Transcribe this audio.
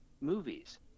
movies